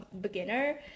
beginner